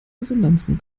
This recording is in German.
resonanzen